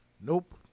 Nope